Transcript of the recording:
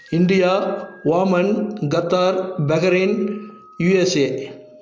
India omen Qatar Bahrain USA